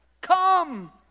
come